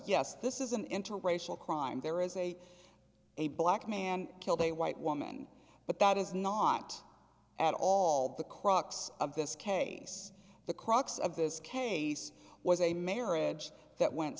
yes this is an interracial crime there is a a black man killed a white woman but that is not at all the crux of this case the crux of this case was a marriage that went